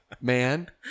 man